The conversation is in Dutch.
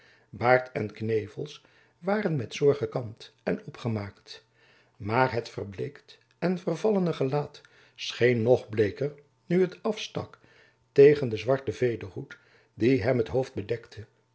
baard en knevels waren met zorg gekamd en opgemaakt maar het verbleekt en vervallene gelaat scheen nog bleeker nu het afstak tegen den zwarten vederhoed die hem t hoofd bedekte